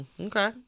okay